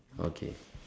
okay